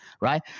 right